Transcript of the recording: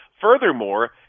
Furthermore